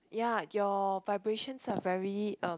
ya your vibrations are very uh